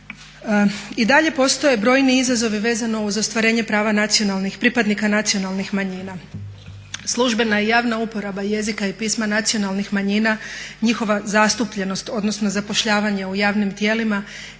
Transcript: I dalje postoje brojni izazovi vezano uz ostvarenje prava pripadnika nacionalnih manjina. Službena i javna uporaba jezika i pisma nacionalnih manjina, njihova zastupljenost odnosno zapošljavanja u javnim tijelima